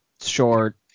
short